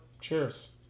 Cheers